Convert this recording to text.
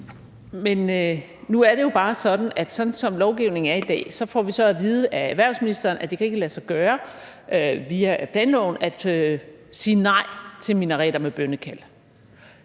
Men nu er det jo bare sådan, at som lovgivningen er i dag, får vi så at vide af erhvervsministeren, at det ikke kan lade sig gøre via planloven at sige nej til minareter med bønnekald,